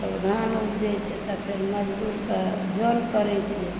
तऽ धान उपजै छै तऽ फेर मजदूरके जन करए छै